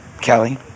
kelly